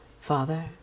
Father